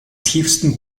tiefsten